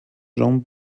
són